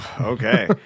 Okay